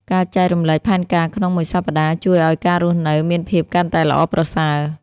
ការចែករំលែកផែនការក្នុងមួយសប្តាហ៍ជួយឲ្យការរស់នៅមានភាពកាន់តែល្អប្រសើរ។